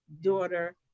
daughter